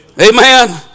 amen